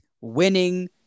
winning